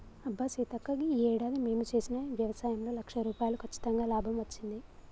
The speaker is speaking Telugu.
అబ్బా సీతక్క ఈ ఏడాది మేము చేసిన వ్యవసాయంలో లక్ష రూపాయలు కచ్చితంగా లాభం వచ్చింది